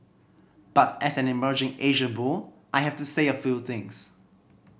but as an emerging Asia bull I have to say a few things